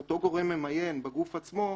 אותו גורם ממיין בגוף עצמו,